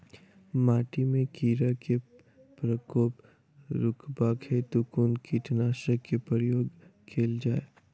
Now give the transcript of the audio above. माटि मे कीड़ा केँ प्रकोप रुकबाक हेतु कुन कीटनासक केँ प्रयोग कैल जाय?